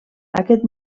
aquest